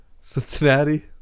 Cincinnati